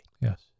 Yes